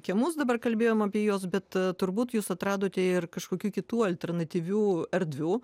kiemus dabar kalbėjom apie juos bet turbūt jūs atradote ir kažkokių kitų alternatyvių erdvių